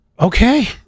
Okay